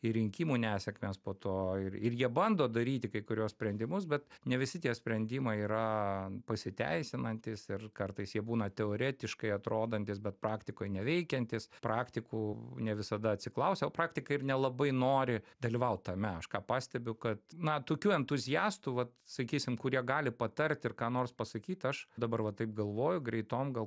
ir rinkimų nesėkmės po to ir ir jie bando daryti kai kuriuos sprendimus bet ne visi tie sprendimai yra pasiteisinantys ir kartais jie būna teoretiškai atrodantys bet praktikoj neveikiantys praktikų ne visada atsiklausia o praktikai ir nelabai nori dalyvaut tame aš ką pastebiu kad na tokių entuziastų vat sakysim kurie gali patarti ir ką nors pasakyt aš dabar va taip galvoju greitom gal